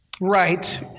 Right